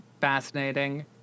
fascinating